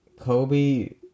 Kobe